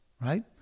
right